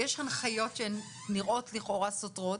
יש הנחיות שהן נראות לכאורה סותרות,